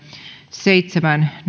seitsemän